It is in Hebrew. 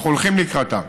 אנחנו הולכים לקראתה,